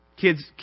Kids